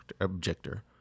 objector